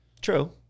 True